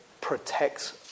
protects